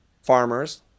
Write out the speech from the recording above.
Farmers